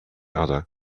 other